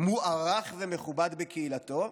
מוערך ומכובד בקהילתו,